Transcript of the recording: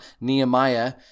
Nehemiah